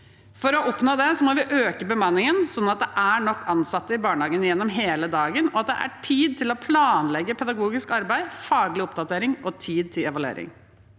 For å oppnå det må vi øke bemanningen, sånn at det er nok ansatte i barnehagen gjennom hele dagen, og at det er tid til å planlegge pedagogisk arbeid, faglig oppdatering og evaluering.